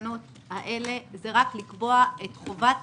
בתקנות האלה רק לקבוע את חובת